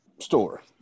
store